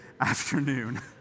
afternoon